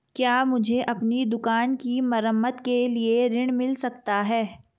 क्या मुझे अपनी दुकान की मरम्मत के लिए ऋण मिल सकता है?